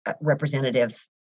representative